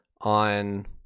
on